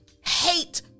hate